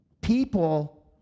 People